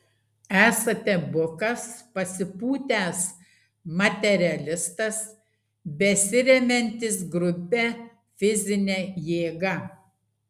esate bukas pasipūtęs materialistas besiremiantis grubia fizine jėga